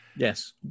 Yes